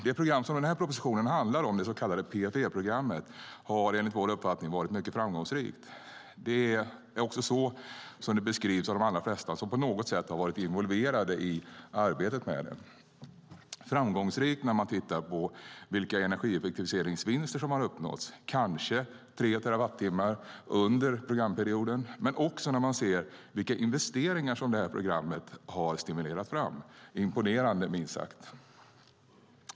Det program som den här propositionen handlar om, det så kallade PFE-programmet, har enligt vår uppfattning varit mycket framgångsrikt. Det är också så som det beskrivs av de allra flesta som har varit involverade i arbetet med det. Det har varit framgångsrikt när man tittar på vilka energieffektiviseringsvinster som har uppnåtts - kanske tre terawattimmar under programperioden - men också när man ser vilka investeringar som det här programmet har stimulerat fram. Det är imponerande, minst sagt!